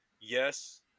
yes